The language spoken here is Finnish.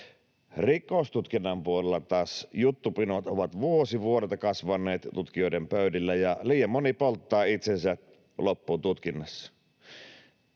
Rikostutkinnan puolella taas juttupinot ovat vuosi vuodelta kasvaneet tutkijoiden pöydillä, ja liian moni polttaa itsensä loppuun tutkinnassa.